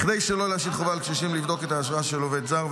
כדי שלא להשית חובה על קשישים לבדוק את האשרה של עובד זר,